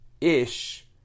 ish